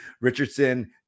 richardson